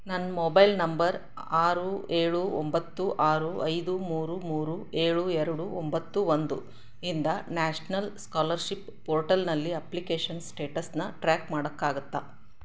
ನನ್ನ mobile number ಆರು ಏಳು ಒಂಬತ್ತು ಆರು ಐದು ಮೂರು ಮೂರು ಏಳು ಎರಡು ಒಂಬತ್ತು ಒಂದು ಇಂದ ನ್ಯಾಷ್ನಲ್ ಸ್ಕಾಲರ್ಷಿಪ್ ಪೋರ್ಟಲ್ನಲ್ಲಿ ಅಪ್ಲಿಕೇಷನ್ ಸ್ಟೇಟಸನ್ನ ಟ್ರ್ಯಾಕ್ ಮಾಡೋಕ್ಕಾಗತ್ತಾ